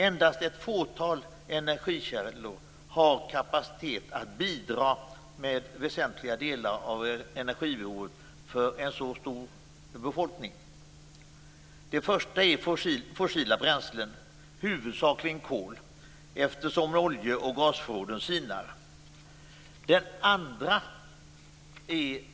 Enbart ett fåtal energikällor har kapacitet att bidra med väsentliga delar av energibehovet för en så stor befolkning: 1. Fossila bränslen - huvudsakligen kol, eftersom olje och gasförråden sinar. 2.